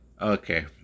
Okay